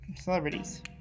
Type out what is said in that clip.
celebrities